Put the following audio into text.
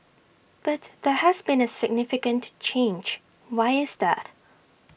but there has been A significant change why is that